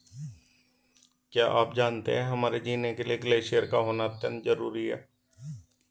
क्या आप जानते है हमारे जीने के लिए ग्लेश्यिर का होना अत्यंत ज़रूरी है?